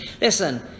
Listen